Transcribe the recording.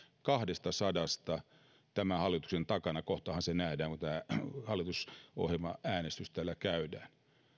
kahdestasadasta tämän hallituksen takana kohtahan se nähdään kun tämä hallitusohjelmaäänestys täällä käydään